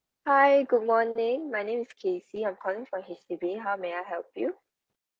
hi good morning my name is casey I'm calling from H_D_B how may I help you